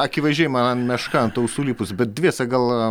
akivaizdžiai man meška ant ausų lipus bet dviese gal